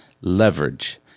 leverage